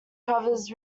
covers